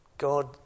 God